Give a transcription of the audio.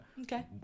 Okay